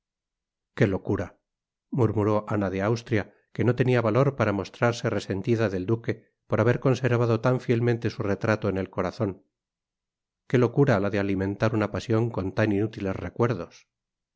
qué locura murmuró ana de austria que no tenia valor para mostrarse resentida del duque por haber conservado tan fielmente su retrato en el corazon qué locura la de alimentar una pasion con tan inútiles recuerdos